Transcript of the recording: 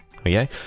Okay